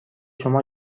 شما